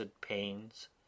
pains